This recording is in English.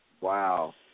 Wow